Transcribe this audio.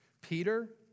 Peter